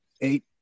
Eight